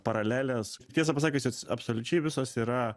paralelės tiesą pasakius jos absoliučiai visos yra